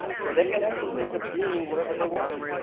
so they can actually think of being whatever they want to be.